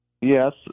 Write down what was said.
Yes